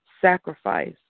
sacrifice